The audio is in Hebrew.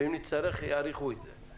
ואם נצטרך יאריכו את זה.